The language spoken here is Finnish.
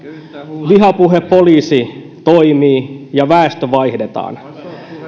vihapuhepoliisi toimii ja väestö vaihdetaan